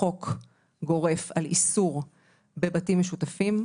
חוק גורף על איסור בבתים משותפים,